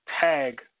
tag